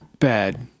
bad